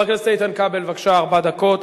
חבר הכנסת איתן כבל, בבקשה, ארבע דקות.